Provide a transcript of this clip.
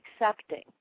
accepting